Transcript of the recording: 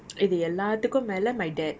இது எல்லாதுக்கும் மேலே:ithu ellathukkum melae my dad